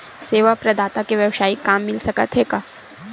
सेवा प्रदाता के वेवसायिक काम मिल सकत हे का?